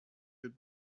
good